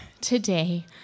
today